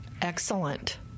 Excellent